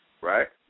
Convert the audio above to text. Right